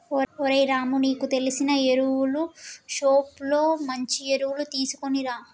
ఓరై రాము నీకు తెలిసిన ఎరువులు షోప్ లో మంచి ఎరువులు తీసుకునిరా